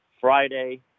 Friday